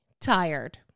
tired